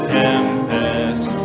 tempest